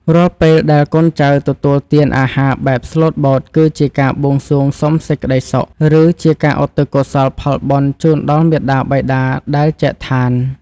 រាល់ពេលដែលកូនចៅទទួលទានអាហារបែបស្លូតបូតគឺជាការបួងសួងសុំសេចក្តីសុខ ឬ ជាការឧទ្ទិសកុសលផលបុណ្យជូនដល់មាតាបិតាដែលចែកឋាន។